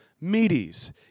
Medes